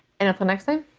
and until next time,